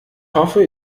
hoffe